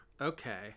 okay